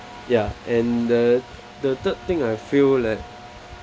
ya and the the third thing I feel that